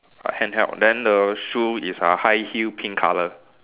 handheld then the shoe is uh high heel pink colour